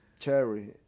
cherry